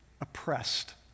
Oppressed